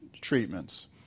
treatments